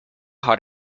hot